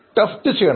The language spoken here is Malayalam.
ടെസ്റ്റ് ചെയ്യണം